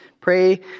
pray